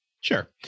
Sure